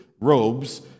robes